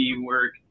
work